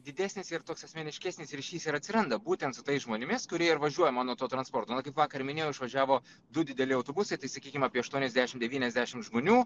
didesnis ir toks asmeniškesnis ryšys ir atsiranda būtent su tais žmonėmis kurie ir važiuoja mano tuo transportu na kaip vakar minėjau išvažiavo du dideli autobusai tai sakykim apie aštuoniasdešim devyniasdešimt žmonių